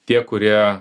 tie kurie